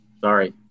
Sorry